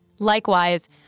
Likewise